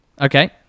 okay